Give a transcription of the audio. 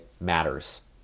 matters